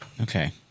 Okay